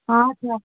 ହଁ ସାର୍